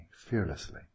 fearlessly